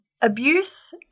abuse